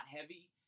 heavy